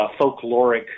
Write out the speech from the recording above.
folkloric